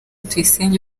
tuyisenge